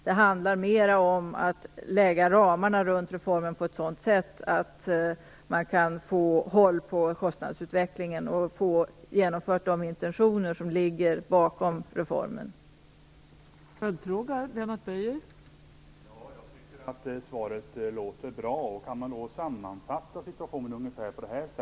Det handlar mera om att lägga ramarna runt reformen på ett sådant sätt att kalkylen kan hållas och att de intentioner som ligger bakom reformen kan genomföras.